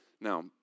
Now